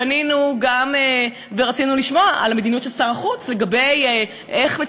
פנינו גם ורצינו לשמוע על המדיניות של שר החוץ לגבי הטיפול